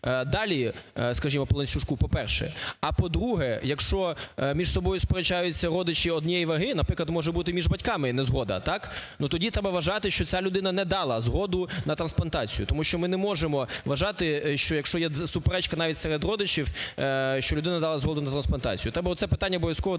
далі, скажімо, по ланцюжку, по-перше;а по-друге, якщо між собою сперечаються родичі однієї ваги, наприклад, може бути і між батьками не згода, так? Тоді треба вважати, що ця людина не дала згоду на трансплантацію. Тому що ми не можемо вважати, що якщо є суперечка навіть серед родичів, що людина надала згоду на трансплантацію. Треба оце питання обовязково до завтра